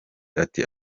ati